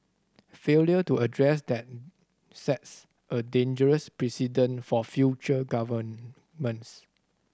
failure to address that sets a dangerous precedent for future governments